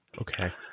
Okay